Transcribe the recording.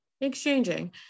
exchanging